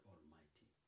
Almighty